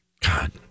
God